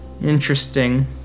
Interesting